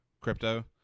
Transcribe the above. crypto